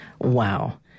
Wow